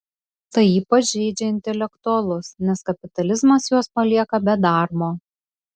tai ypač žeidžia intelektualus nes kapitalizmas juos palieka be darbo